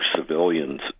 civilians